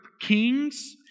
kings